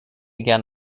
gern